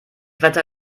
wetter